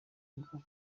ubwo